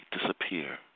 disappear